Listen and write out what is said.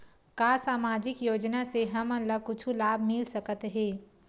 का सामाजिक योजना से हमन ला कुछु लाभ मिल सकत हे?